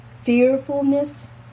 fearfulness